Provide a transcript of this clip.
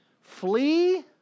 Flee